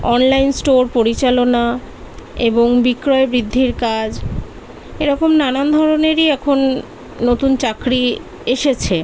online store পরিচালনা এবং বিক্রয় বৃদ্ধির কাজ এরকম নানান ধরনেরই এখন নতুন চাকরি এসেছে